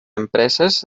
empreses